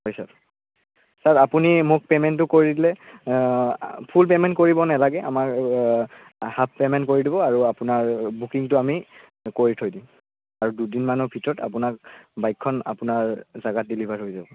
হয় sir sir আপুনি মোক পে'মেণ্টটো কৰি দিলে ফুল পে'মেণ্ট কৰিব নেলাগে আমাৰ হাফ পে'মেণ্ট কৰি দিব আৰু আপোনাৰ বুকিংটো আমি কৰি থৈ দিম আৰু দুদিনমানৰ ভিতৰত আপোনাক বাইকখন আপোনাৰ জেগাত ডেলিভাৰ হৈ যাব